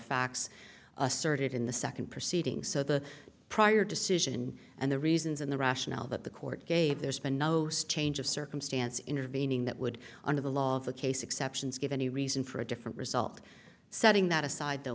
facts asserted in the second proceeding so the prior decision and the reasons and the rationale that the court gave there's been no change of circumstance intervening that would under the law of the case exceptions give any reason for a different result setting that aside though